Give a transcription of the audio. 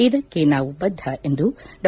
ಇದಕ್ಕೆ ನಾವು ಬದ್ದ ಎಂದು ಡಾ